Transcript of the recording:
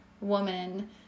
woman